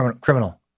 criminal